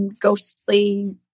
ghostly